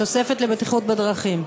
תוספת לבטיחות בדרכים.